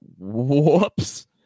whoops